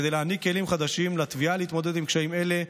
כדי להעניק כלים חדשים לתביעה להתמודד עם קשיים אלה,